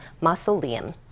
mausoleum